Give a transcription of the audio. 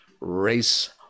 race